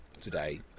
today